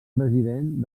president